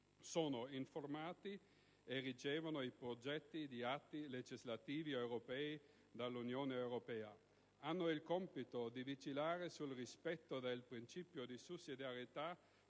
sono informati e ricevono i progetti di atti legislativi europei dall'Unione europea; hanno il compito di vigilare sul rispetto del principio di sussidiarietà;